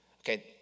Okay